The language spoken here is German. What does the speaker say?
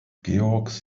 george’s